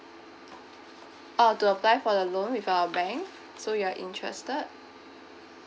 uh to apply for the loan with our bank so you are interested